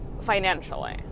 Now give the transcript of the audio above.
financially